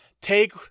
take